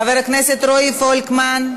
חבר הכנסת רועי פולקמן,